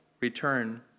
return